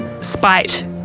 spite-